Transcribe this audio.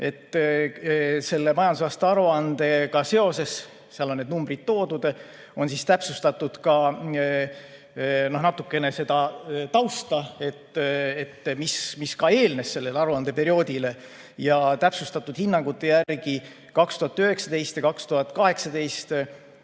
selle majandusaasta aruandega seoses. Seal on need numbrid toodud, on täpsustatud natukene seda tausta, mis eelnes sellele aruandeperioodile. Täpsustatud hinnangute järgi olid 2019.